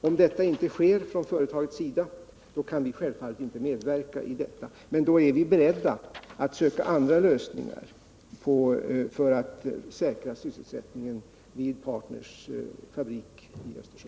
Om detta inte sker från företagets sida kan vi självfallet inte medverka, men vi är då beredda att söka andra lösningar för att säkra sysselsättningen vid AB Partners fabrik i Östersund.